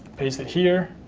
paste it here,